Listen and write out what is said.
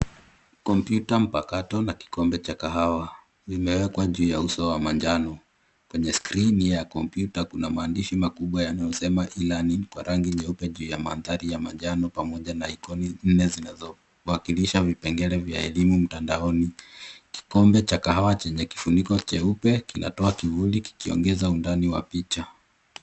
Kompyuta mpakato na kikombe cha kahawa vimeekwa juu ya uso wa manjano. Kwenye skrini ya kompyuta kuna maandishi makubwa yanayosema, e learning kwa rangi nyeupe juu yq mandhari ya manjano pamoja na icon nne zinazowakilisha vipengele vya elimu mtandaoni. Kikombe cha kahawa chenye kifuniko cheupe kinatoa kivuli kikiongeza undani wa picha.